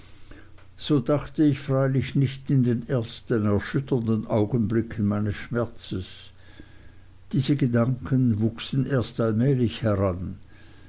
so dachte ich freilich nicht in den ersten erschütternden augenblicken meines schmerzes diese gedanken wuchsen erst allmählich heran